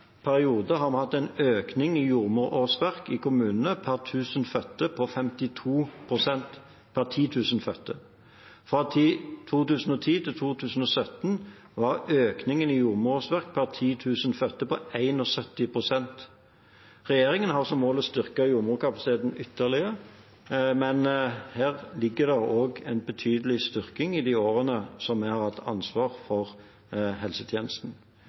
periode har hatt en økning i jordmorårsverk i kommunene per 10 000 fødte på 52 pst. Fra 2010 til 2017 var økningen i jordmorårsverk per 10 000 fødte på 71 pst. Regjeringen har som mål å styrke jordmorkapasiteten ytterligere, men her ligger det også en betydelig styrking i de årene som vi har hatt ansvar for helsetjenesten.